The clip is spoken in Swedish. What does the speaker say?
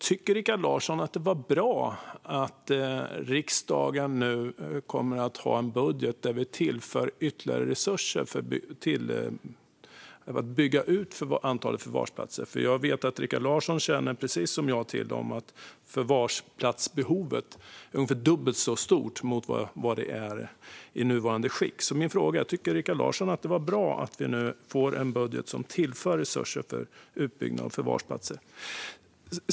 Tycker Rikard Larsson att det är bra att riksdagen nu kommer att ha en budget där vi tillför ytterligare resurser för att bygga ut antalet förvarsplatser? Jag vet att Rikard Larsson känner till, precis som jag, att förvarsplatsbehovet är ungefär dubbelt så stort mot vad som finns i nuvarande skick. Min fråga är: Tycker Rikard Larsson att det var bra att vi nu får en budget som tillför resurser för utbyggnad av förvarsplatser?